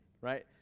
right